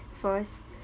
first